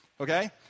Okay